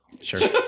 Sure